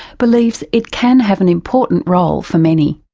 believes it can have an important role for many.